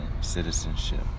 citizenship